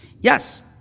Yes